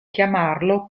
chiamarlo